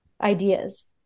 ideas